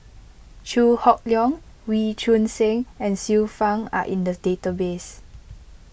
Chew Hock Leong Wee Choon Seng and Xiu Fang are in the database